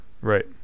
Right